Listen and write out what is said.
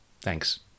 Thanks